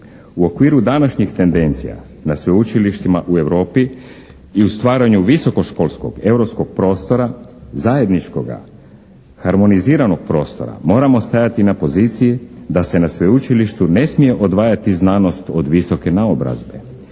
U okviru današnjih tendencija na sveučilištima u Europi i u stvaranju visokoškolskog europskog prostora zajedničkoga, harmoniziranog prostora moramo stajati na poziciji da se na sveučilištu ne smije odvajati znanost od visoke naobrazbe,